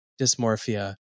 dysmorphia